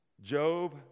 Job